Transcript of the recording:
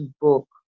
book